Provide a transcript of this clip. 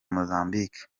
mozambique